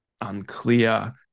unclear